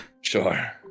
Sure